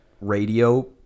radio